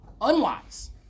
unwise